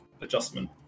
adjustment